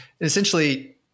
essentially